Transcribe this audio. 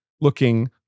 looking